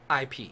IP